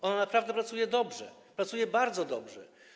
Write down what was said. Ona naprawdę pracuje dobrze, pracuje bardzo dobrze.